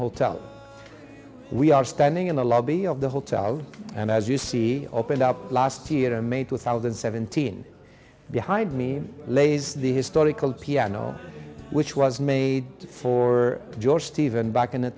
hotel we are standing in the lobby of the hotel and as you see opened up last year in may two thousand and seventeen behind me lays the historical piano which was made for george stephen back in